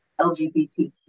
LGBTQ